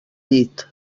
llit